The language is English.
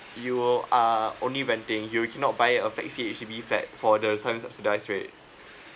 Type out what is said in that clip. you will are only renting you cannot buy a flexi H_D_B flat for the subsidise rate